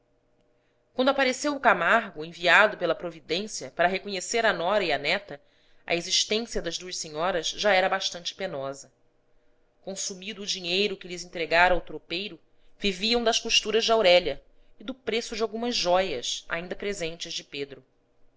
quando apareceu o camargo enviado pela providência para reconhecer a nora e a neta a existência das duas senhoras já era bastante penosa consumido o dinheiro que lhes entregara o tropeiro viviam das costuras de aurélia e do preço de algumas jóias ainda presentes de pedro